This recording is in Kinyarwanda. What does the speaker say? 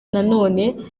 nanone